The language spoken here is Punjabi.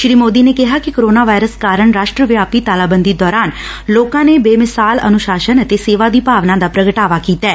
ਸ੍ਰੀ ਸੋਦੀ ਨੇ ਕਿਹਾ ਕਿ ਕੋਰੋਨਾ ਵਾਇਰਸ ਕਾਰਨ ਰਾਸਟਰ ਵਿਆਪੀ ਤਾਲਾਬੰਦੀ ਦੌਰਾਨ ਲੋਕਾਂ ਨੇ ਬੇਮਿਸ਼ਾਲ ਅਨੁਸ਼ਾਸਨ ਅਤੇ ਸੇਵਾ ਦੀ ਭਾਵਨਾ ਦਾ ਪ੍ਰਗਟਾਵਾ ਕੀਤੈ